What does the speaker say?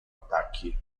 attacchi